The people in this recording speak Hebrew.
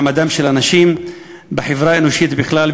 מעמדן של הנשים בחברה האנושית בכלל,